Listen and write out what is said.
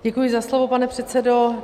Děkuji za slovo, pane předsedo.